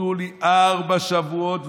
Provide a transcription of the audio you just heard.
תנו לי ארבע שבועות,